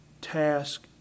task